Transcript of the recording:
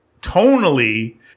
tonally